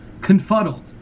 confuddled